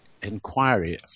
Inquiry